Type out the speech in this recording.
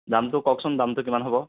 দামটো কওকচোন দামটো কিমান হ'ব